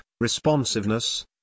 responsiveness